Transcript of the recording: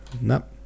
nope